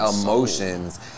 emotions